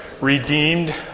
redeemed